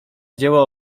dzieło